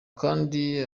kandi